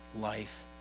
life